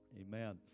amen